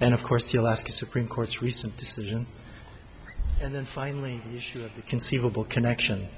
and of course the alaska supreme court's recent decision and then finally the conceivable connection